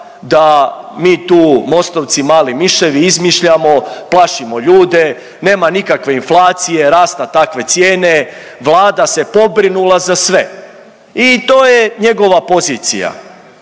da mi tu Mostovci mali miševi izmišljamo, plašimo ljude, nema nikakve inflacije, rasta takve cijene, Vlada se pobrinula za sve i to je njegova pozicija.